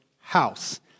house